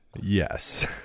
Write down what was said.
Yes